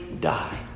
die